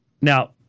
now